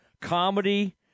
comedy